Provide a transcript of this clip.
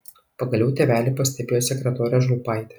pagaliau tėvelį pastebėjo sekretorė žulpaitė